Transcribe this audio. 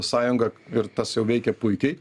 sąjunga ir tas jau veikia puikiai